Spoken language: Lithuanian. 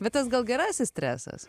bet tas gal gerasis stresas